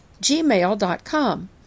gmail.com